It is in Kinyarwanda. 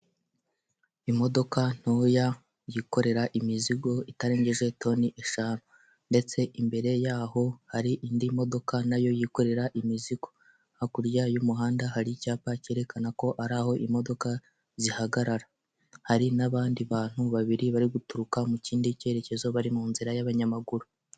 Imodoka ntoya yikorera imizigo itarengeje toni eshanu, ndetse imbere yaho hari indi modoka nayo yikorera imizigo. Hakurya y'umuhanda hari icyapa cyerekana ko ari aho imodoka zihagarara. Hari n'abandi bantu babiri bari guturuka mu kindi cyerekezo bari mu nzira y'abanyamaguru.